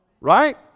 Right